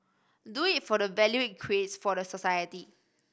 do it for the value it creates for society